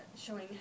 showing